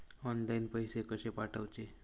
Online पैसे कशे पाठवचे?